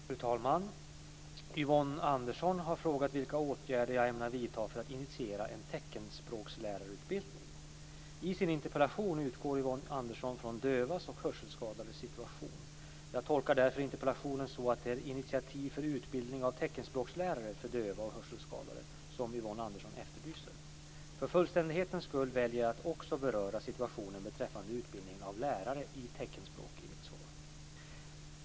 Fru talman! Yvonne Andersson har frågat vilka åtgärder jag ämnar vidta för att initiera en teckenspråkslärarutbildning. I sin interpellation utgår Yvonne Andersson från dövas och hörselskadades situation. Jag tolkar därför interpellationen så att det är initiativ för utbildning av teckenspråkslärare för döva och hörselskadade som Yvonne Andersson efterlyser. För fullständighetens skull väljer jag att också beröra situationen beträffande utbildningen av lärare i teckenspråk i mitt svar.